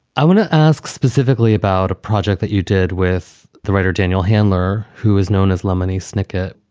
i want to ask specifically about a project that you did with the writer daniel handler, who is known as lemony snicket.